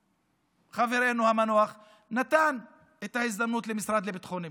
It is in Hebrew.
חברנו המנוח נתן הזדמנות למשרד לביטחון פנים,